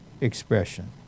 expression